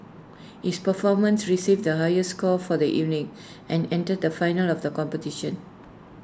his performance received the highest score for the evening and entered the finals of the competition